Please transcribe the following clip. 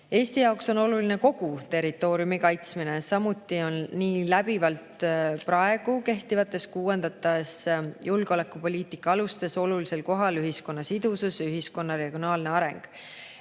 Eesti jaoks on oluline kogu territooriumi kaitsmine. Samuti on läbivalt praegu kehtivates, kuuendates julgeolekupoliitika alustes olulisel kohal ühiskonna sidusus, ühiskonna regionaalne areng.